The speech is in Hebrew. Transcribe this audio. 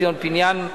ציון פיניאן,